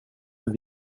med